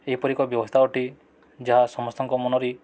ଏପରିି ଏକ ବ୍ୟବସ୍ଥା ଅଟେ ଯାହା ସମସ୍ତଙ୍କ ମନରେ